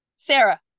Sarah